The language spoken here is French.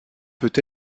peut